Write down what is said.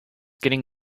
getting